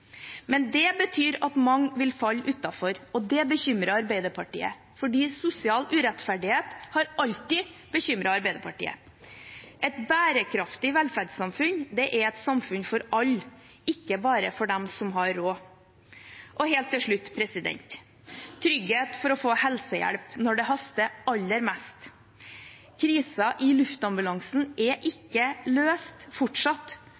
Men det betyr at mange vil falle utenfor, og det bekymrer Arbeiderpartiet, fordi sosial urettferdighet alltid har bekymret Arbeiderpartiet. Et bærekraftig velferdssamfunn er et samfunn for alle, ikke bare for dem som har råd. Helt til slutt – trygghet for å få helsehjelp når det haster aller mest: Krisen i luftambulansen er fortsatt